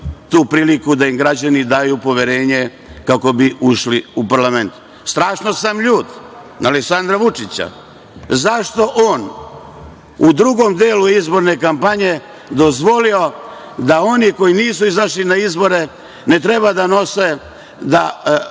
tu priliku da im građani daju poverenje kako bi ušli u parlament. Strašno sam ljut na Aleksandra Vučića, zašto on u drugom delu izborne kampanje dozvolio da oni koji nisu izašli na izbore ne treba da nose, da